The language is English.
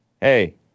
Hey